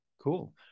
Cool